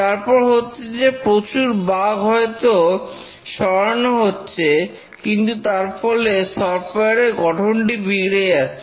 তারপর হচ্ছে যে প্রচুর বাগ হয়তো সরানো হচ্ছে কিন্তু তার ফলে সফটওয়্যার এর গঠনটি বিগড়ে যাচ্ছে